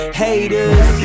haters